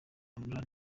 imran